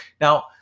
now